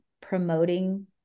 promoting